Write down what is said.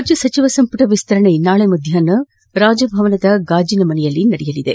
ರಾಜ್ಯ ಸಚಿವ ಸಂಪುಟ ವಿಸ್ತರಣೆ ನಾಳೆ ಮಧ್ಯಾಹ್ನ ರಾಜಭವನದ ಗಾಜಿನ ಮನೆಯಲ್ಲಿ ನಡೆಯಲಿದೆ